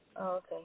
Okay